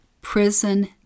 prison